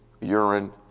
urine